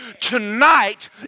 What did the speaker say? tonight